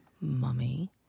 Mummy